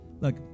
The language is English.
Look